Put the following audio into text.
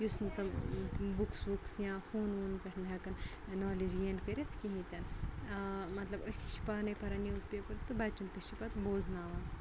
یُس نہٕ تِم بُکٕس وُکٕس یا فون وون پٮ۪ٹھ ہیٚکَن نالیج گین کٔرِتھ کِہیٖنۍ تہِ نہٕ مطلب أسی چھِ پانَے پَران نِوٕز پیپَر تہٕ بَچَن تہِ چھِ پَتہٕ بوزناوان